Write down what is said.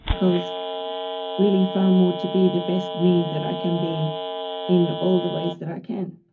the goal is really far more to be the best me that i can be in all the ways that i can.